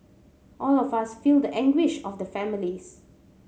all of us feel the anguish of the families